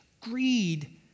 Greed